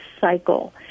cycle